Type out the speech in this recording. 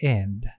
end